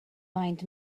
find